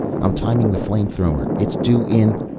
i'm timing the flame-thrower. it's due in.